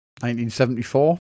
1974